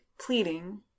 pleading